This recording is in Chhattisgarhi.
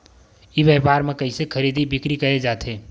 ई व्यापार म कइसे खरीदी बिक्री करे जाथे?